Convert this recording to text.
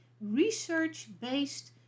research-based